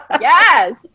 Yes